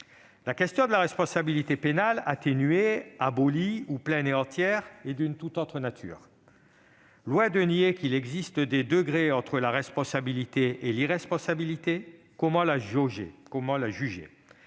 La question de la responsabilité pénale atténuée, abolie, ou pleine et entière, est d'une tout autre nature. Loin de nier qu'il existe des degrés entre la responsabilité et l'irresponsabilité, comment juger ?